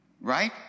Right